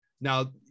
now